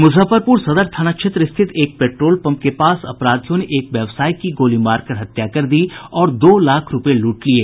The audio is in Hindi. मुजफ्फरपुर सदर थाना क्षेत्र स्थित एक पेट्रोल पम्प के पास अपराधियों ने एक व्यवसायी की गोली मारकर हत्या कर दी और दो लाख रूपये लूट लिये